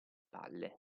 spalle